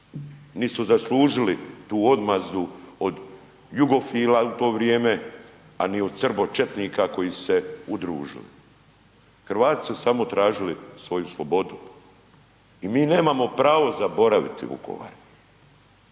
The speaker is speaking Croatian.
Nisu zaslužili tu odmazdu od jugofila u to vrijeme, a ni od srbočetnika koji su se udružili. Hrvati su samo tražili svoju slobodu i mi nemamo pravo zaboraviti Vukovar.